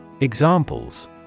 Examples